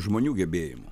žmonių gebėjimų